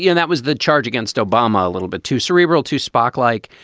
yeah that was the charge against obama, a little bit too cerebral to spock like.